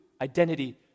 identity